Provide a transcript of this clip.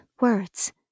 Words